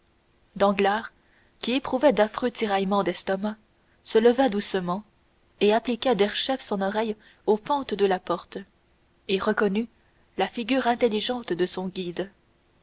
danglars qui éprouvait d'affreux tiraillements d'estomac se leva doucement appliqua derechef son oreille aux fentes de la porte et reconnut la figure intelligente de son guide